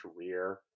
career